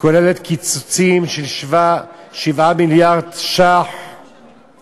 כוללות קיצוצים של 7 מיליארד ש"ח